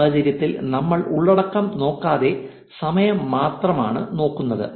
ഈ സാഹചര്യത്തിൽ നമ്മൾ ഉള്ളടക്കം നോക്കാതെ സമയം മാത്രമാണ് നോക്കുന്നത്